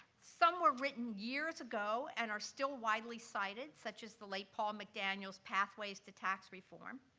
some were written years ago and are still widely cited, such as the late paul mcdaniel's pathways to tax reform.